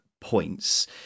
points